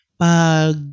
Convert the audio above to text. pag